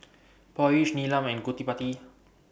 Peyush Neelam and Gottipati